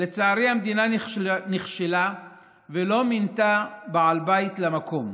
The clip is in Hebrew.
לצערי, המדינה נכשלה ולא מינתה בעל בית למקום,